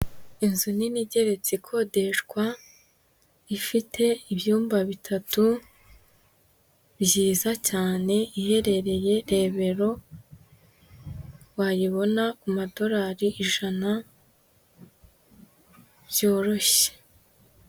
Inzu nini igeretse ikodeshwa ifite ibyumba bitatu byiza cyane, iherereye Rebero, wayibona ku madorari ijana byoroshye.